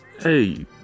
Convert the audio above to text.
hey